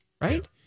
right